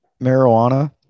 marijuana